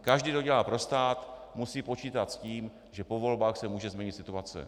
Každý, kdo dělá pro stát, musí počítat s tím, že po volbách se může změnit situace.